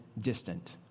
distant